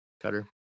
Cutter